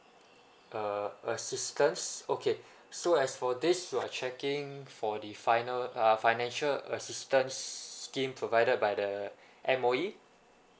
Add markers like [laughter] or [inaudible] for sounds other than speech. uh assistance okay [breath] so as for this we're checking for the final uh financial assistance scheme provided by the [breath] M_O_E